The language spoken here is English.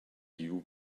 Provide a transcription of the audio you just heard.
you